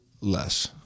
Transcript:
less